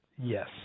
Yes